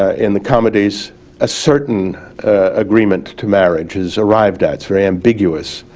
ah in the comedies a certain agreement to marriage is arrived at, it's very ambiguous.